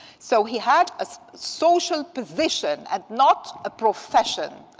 so he had a social provision and not a profession.